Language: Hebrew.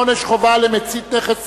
עונש חובה למצית נכס ציבורי),